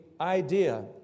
idea